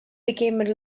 becomes